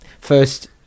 First